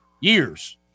years